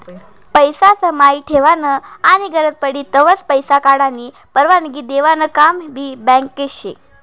पैसा समाई ठेवानं आनी गरज पडी तव्हय पैसा काढानी परवानगी देवानं काम भी बँक शे